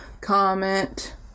comment